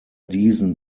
diesen